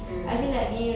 mm